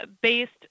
based